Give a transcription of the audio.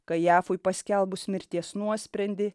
kajafui paskelbus mirties nuosprendį